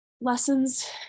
lessons